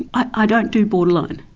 i don't do borderline.